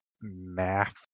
math